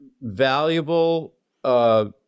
valuable